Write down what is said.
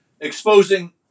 Exposing